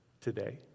today